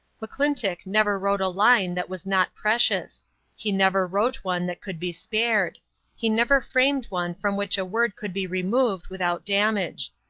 mcclintock never wrote a line that was not precious he never wrote one that could be spared he never framed one from which a word could be removed without damage.